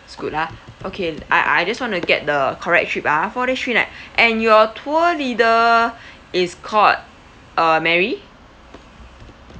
scoot ah okay I I just want to get the correct trip ah four days three right and your tour leader is called uh mary